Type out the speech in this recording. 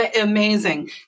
amazing